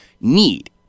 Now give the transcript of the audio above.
need